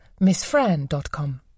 missfran.com